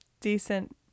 decent